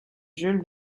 jules